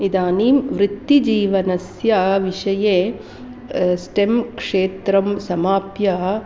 इदानीं वृत्तिजीवनस्य विषये स्टेम् क्षेत्रं समाप्य